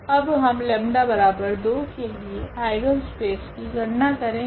अब हम 𝜆2 के लिए आइगनस्पेस की गणना करेगे